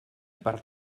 per